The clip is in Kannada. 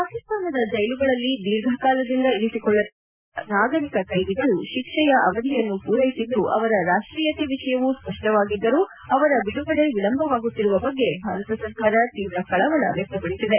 ಪಾಕಿಸ್ತಾನದ ಜೈಲುಗಳಲ್ಲಿ ದೀರ್ಘಕಾಲದಿಂದ ಇರಿಸಿಕೊಳ್ಳಲಾಗಿರುವ ಭಾರತದ ನಾಗರಿಕ ಕೈದಿಗಳು ಶಿಕ್ಷೆಯ ಅವಧಿಯನ್ನು ಪೂರೈಸಿದ್ದು ಅವರ ರಾಷ್ಟೀಯತೆ ವಿಷಯವೂ ಸ್ಪಷ್ಪವಾಗಿದ್ದರೂ ಅವರ ಬಿಡುಗಡೆ ವಿಳಂಬವಾಗುತ್ತಿರುವ ಬಗ್ಗೆ ಭಾರತ ಸರ್ಕಾರ ತೀವ ಕಳವಳವನ್ನು ವ್ಯಕ್ತಪಡಿಸಿದೆ